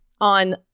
on